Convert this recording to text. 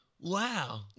Wow